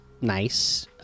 nice